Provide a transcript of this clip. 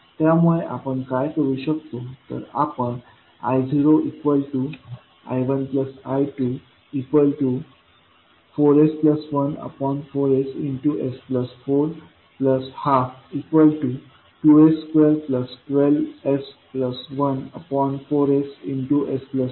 त्यामुळे आपण काय करू शकतो तर आपण I0I1I24s 14s s 4122s2 12s 14s s 4हे शोधू शकतो